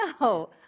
No